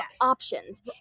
options